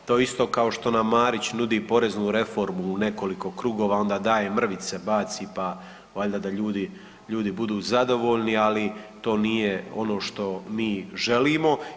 To je isto kao što nam Marić nudi poreznu reformu u nekoliko krugova, onda daje mrvice, baci, pa valjda da ljudi, ljudi budu zadovoljni, ali to nije ono što mi želimo.